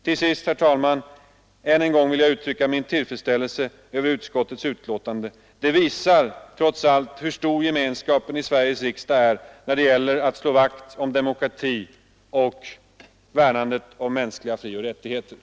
Till sist vill jag än en gång uttrycka min tillfredsställelse med utskottets betänkande. Det visar hur stor gemenskapen i Sveriges riksdag är när det gäller att slå vakt om demokratin och att värna de mänskliga frioch rättigheterna.